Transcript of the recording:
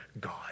God